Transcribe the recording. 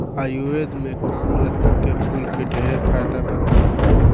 आयुर्वेद में कामलता के फूल के ढेरे फायदा बतावल बा